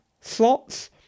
slots